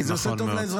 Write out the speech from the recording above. כי זה עושה טוב לאזרחים,